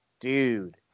dude